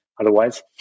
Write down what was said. otherwise